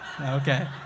Okay